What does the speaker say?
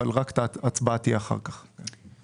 וההצבעה תהיה אחר כך.